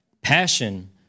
Passion